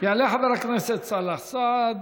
יעלה חבר הכנסת סאלח סעד,